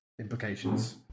implications